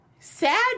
Sad